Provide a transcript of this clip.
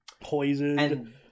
Poisoned